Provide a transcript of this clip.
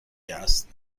است